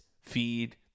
feed